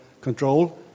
control